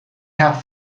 have